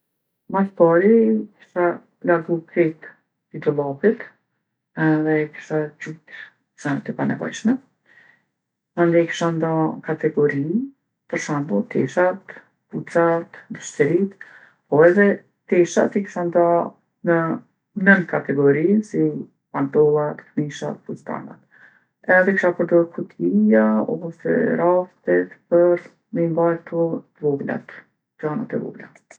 Mas pari i kisha largu krejt pi dollapit edhe i kisha gjujt senet e panevojshme. Mandej i kisha nda n'kategori, për shembull teshat, kpucat, bizhuteritë po edhe teshat i kisha nda në nën kategori, si pantollat, kmishat, fustanat. Edhe kisha përdorë kutija ose raftet për me i mbajtë kto t'voglat, gjanat e vogla.